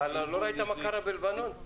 לא ראית מה קרה בלבנון?